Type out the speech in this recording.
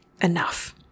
enough